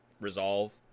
resolve